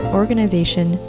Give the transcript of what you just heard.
organization